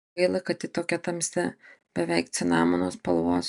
gaila kad ji tokia tamsi beveik cinamono spalvos